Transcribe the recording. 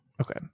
Okay